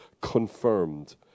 confirmed